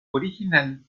original